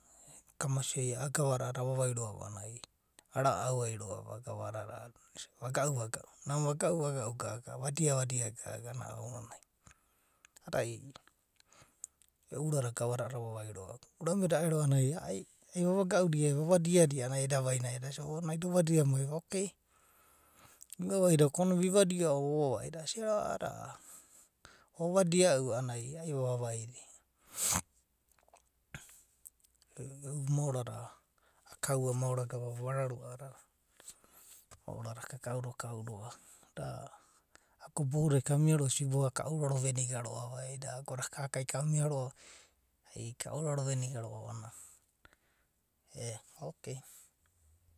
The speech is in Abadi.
Kamasia a’a gava da ava vai roa’va ara’au ai roa’va. Vagau, nana vagau vagau gaga, va di ava dia gaga a’ananaa ounanai e’u uro da gava dada avavaida roa’va. Urame da eda a’ananai, va vagau da, va vadia da a’anana ai eda vainai eda sia, oh naida ova dia maiva, okay? Vi vaivai da ko nadia onia vi vidia o’ a’anana vo vaivai da, anana asia roa’va vo vadia u a’anana ai vaivai da. E’u maora da a’adada akau va maora gava, vava raro da akau da kau do. Da ago da bou dada kamia roa’va siboga ka ouraro veniga roa’va be, i’i dada ago da ka’ka kamia ka ouraro veniga roa’va.